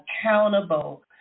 accountable